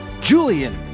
Julian